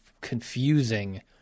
confusing